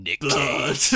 blood